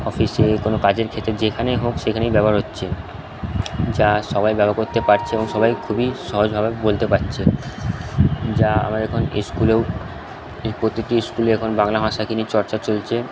অফিসে কোনো কাজের ক্ষেত্রে যেখানে হোক সেখানেই ব্যবহার হচ্ছে যা সবাই ব্যবহার করতে পারছে এবং সবাই খুবই সহজভাবে বলতে পারছে যা আমার এখন ইস্কুলেও প্রতিটি স্কুলে এখন বাংলা ভাষাকে নিয়ে চর্চা চলছে